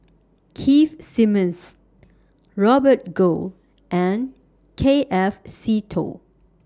Keith Simmons Robert Goh and K F Seetoh